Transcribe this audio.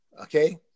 okay